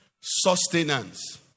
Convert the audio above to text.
sustenance